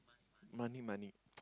money money